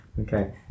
Okay